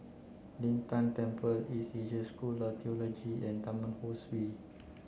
Lin Tan Temple East Asia School of Theology and Taman Ho Swee